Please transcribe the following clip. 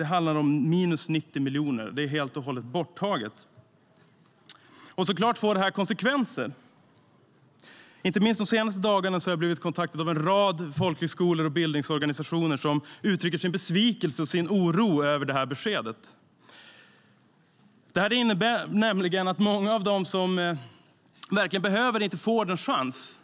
Det handlar om minus 90 miljoner. Det är helt och hållet borttaget. Detta får såklart konsekvenser. Inte minst de senaste dagarna har jag blivit kontaktad av en rad folkhögskolor och bildningsorganisationer som uttrycker sin besvikelse och sin oro över beskedet. Det innebär nämligen att många inte får den chans